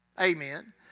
Amen